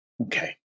Okay